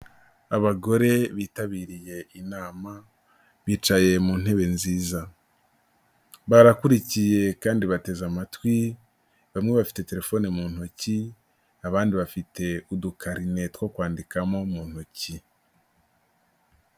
Abagore bitabiriye inama bicaye mu ntebe nziza barakurikiye kandi bateze amatwi bamwe bafite telefone mu ntoki, abandi bafite udukarine two kwandikamo mu ntoki.